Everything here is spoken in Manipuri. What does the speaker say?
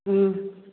ꯎꯝ